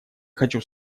хочу